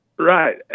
Right